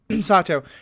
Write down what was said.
Sato